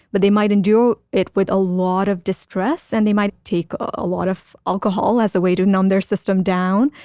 but they might endure it with a lot of distress and they might take a lot of alcohol as a way to numb their system down.